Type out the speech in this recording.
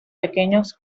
pequeños